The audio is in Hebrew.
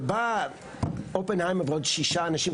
ובא אופנהיימר ועוד שישה אנשים,